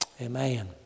Amen